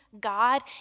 God